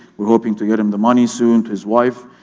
we're hoping to get him the money soon to his wife,